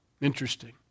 Interesting